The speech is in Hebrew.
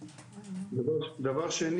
אה, הוא אמר שעוד אין, אבל מקדמים.